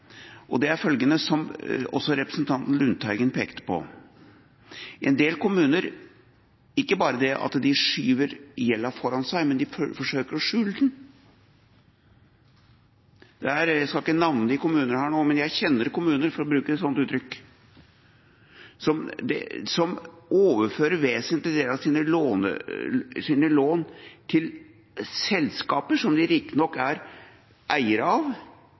og det er følgende, som også representanten Lundteigen pekte på: En del kommuner ikke bare skyver gjelda foran seg, men de forsøker å skjule den. Jeg skal ikke navngi kommuner nå, men jeg kjenner kommuner, for å bruke et sånt uttrykk, som overfører vesentlige deler av sine lån til selskaper, som de riktignok er eiere av,